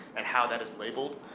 and how that is labeled.